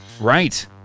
Right